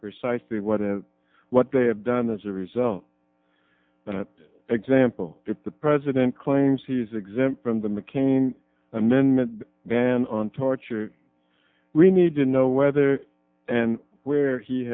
precisely what what they have done as a result but example if the president claims he's exempt from the mccain amendment ban on torture we need to know whether and where he